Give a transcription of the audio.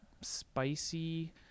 spicy